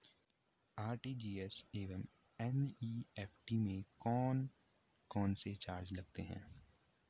RTGS एवं NEFT में कौन कौनसे चार्ज लगते हैं?